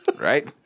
Right